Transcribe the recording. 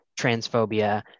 transphobia